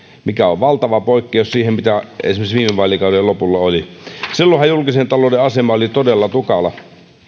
mikä on valtava poikkeus siihen mitä esimerkiksi viime vaalikauden lopulla oli silloinhan julkisen talouden asema oli todella tukala